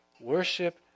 Worship